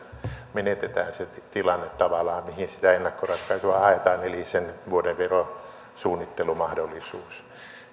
menetetään se tilanne mihin sitä ennakkoratkaisua haetaan eli sen vuoden verosuunnittelumahdollisuus